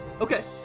Okay